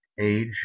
age